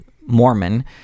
Mormon